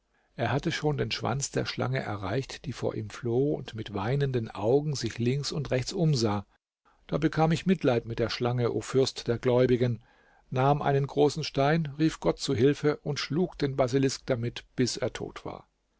er hatte schon den schwanz der schlange erreicht die vor ihm floh und mit weinenden augen sich links und rechts umsah da bekam ich mitleid mit der schlange o fürst der gläubigen nahm einen großen stein rief gott zu hilfe und schlug den basilisk damit bis er tot war